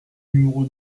numéro